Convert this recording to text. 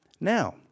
Now